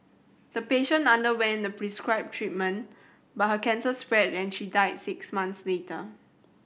the patient underwent the prescribed treatment but her cancer spread and she died six months later